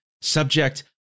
Subject